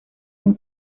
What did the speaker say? muy